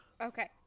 Okay